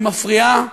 היא מפריעה